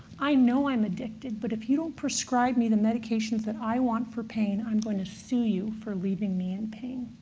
i know i'm addicted. but if you don't prescribe me medications that i want for pain, i'm going to sue you for leaving me in pain.